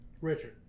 Richard